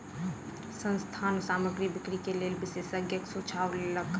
संस्थान सामग्री बिक्री के लेल विशेषज्ञक सुझाव लेलक